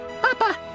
papa